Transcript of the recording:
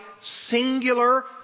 singular